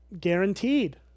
guaranteed